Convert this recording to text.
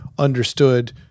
understood